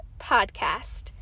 podcast